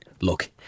Look